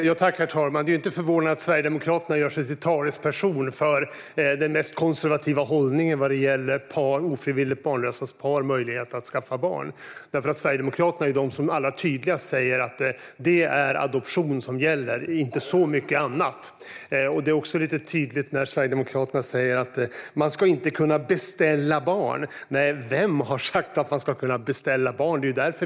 Herr talman! Det är inte förvånande att Mikael Eskilandersson från Sverigedemokraterna gör sig till talesperson för den mest konservativa hållningen vad gäller ofrivilligt barnlösa pars möjlighet att skaffa barn. Sverigedemokraterna är det parti som allra tydligast säger att det är adoption och inte mycket annat som gäller. Det är också tydligt när Sverigedemokraterna säger att man inte ska kunna beställa barn. Vem har sagt att man ska kunna beställa barn?